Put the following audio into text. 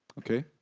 okay.